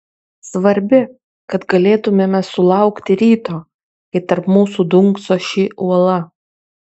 svarbi kad galėtumėme sulaukti ryto kai tarp mūsų dunkso ši uola